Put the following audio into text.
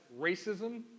racism